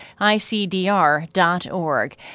icdr.org